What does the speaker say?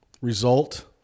result